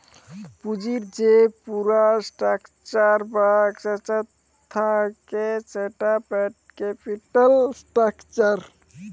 পুঁজির যে পুরা স্ট্রাকচার তা থাক্যে সেটা ক্যাপিটাল স্ট্রাকচার